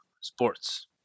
sports